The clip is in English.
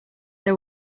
they